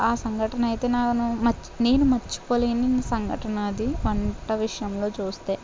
ఆ సంఘటనైతే నాను నేను మర్చిపోలేను ఈ సంఘటన అది వంట విషయంలో చూస్తే